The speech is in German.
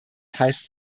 heißt